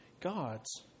God's